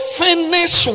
finish